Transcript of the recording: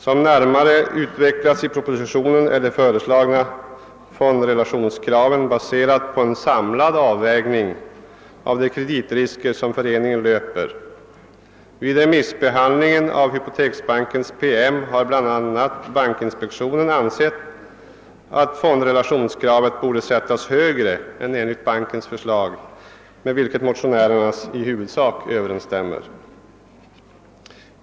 Som närmare utvecklats i propositionen är de föreslagna fondrelationskraven baserade på en samlad avvägning av om ändring av dessa bestämmelser synes de kreditrisker som föreningen löper. Vid remissbehandlingen av hypoteksbankens PM har bl a. bankinspektionen ansett att fondrelationskraven borde sättas högre än enligt bankens förslag med vilket motionärernas i huvudsak överensstämmer.